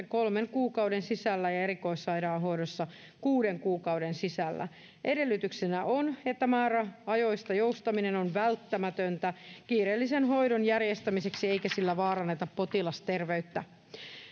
kolmen kuukauden sisällä ja erikoissairaanhoidossa kuuden kuukauden sisällä edellytyksenä on että määräajoista joustaminen on välttämätöntä kiireellisen hoidon järjestämiseksi eikä sillä vaaranneta potilasterveyttä